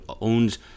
owns